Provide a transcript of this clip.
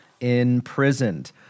imprisoned